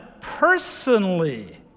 personally